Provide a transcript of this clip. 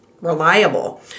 reliable